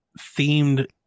themed